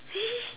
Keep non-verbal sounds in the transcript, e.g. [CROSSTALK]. [LAUGHS]